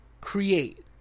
create